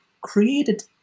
created